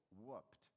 whooped